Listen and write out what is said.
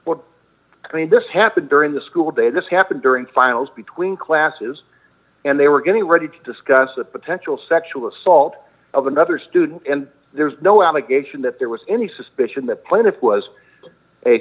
i mean this happened during the school day this happened during finals between classes and they were getting ready to discuss the potential sexual assault of another student and there's no allegation that there was any suspicion that plaintiff was a